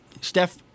Steph